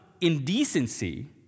indecency